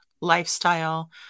lifestyle